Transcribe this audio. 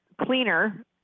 cleaner